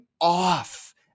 off